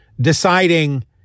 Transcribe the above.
deciding